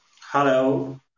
Hello